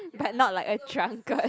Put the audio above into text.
you are not like a drunkard